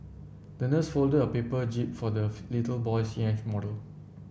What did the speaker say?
the nurse folded a paper jib for the little boy's yacht model